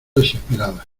desesperadas